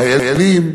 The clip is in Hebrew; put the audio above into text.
חיילים,